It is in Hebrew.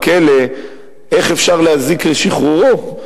איך אפשר להזיק לשחרורו?